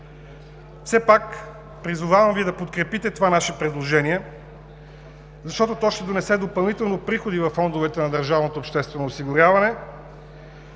Все пак Ви призовавам да подкрепите това наше предложение, защото то ще донесе допълнителни приходи във фондовете на държавното обществено осигуряване,